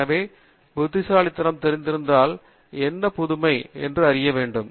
எனவே புத்திசாலித்தனம் தெரிந்திருந்தால் என்ன புதுமை என்று அறிய வேண்டும்